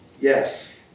Yes